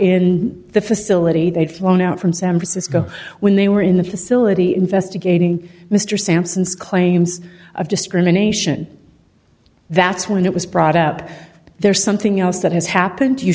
in the facility they'd flown out from san francisco when they were in the facility investigating mr sampson's claims of discrimination that's when it was brought up there's something else that has happened you